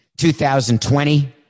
2020